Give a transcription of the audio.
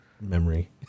memory